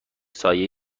سایه